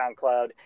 SoundCloud